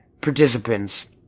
participants